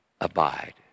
abide